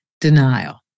denial